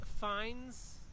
fines